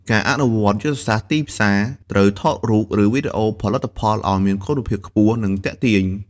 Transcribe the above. ការអនុវត្តយុទ្ធសាស្ត្រទីផ្សារ ត្រូវថតរូប ឬវីដេអូផលិតផលឱ្យមានគុណភាពខ្ពស់ និងទាក់ទាញ។